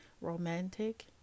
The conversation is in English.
romantic